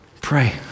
pray